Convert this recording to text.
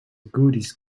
goodies